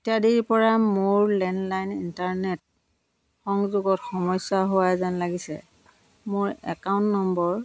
ইত্যাদিৰ পৰা মোৰ লেণ্ডলাইন ইণ্টাৰনেট সংযোগত সমস্যা হোৱা যেন লাগিছে মোৰ একাউণ্ট নম্বৰ